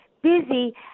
busy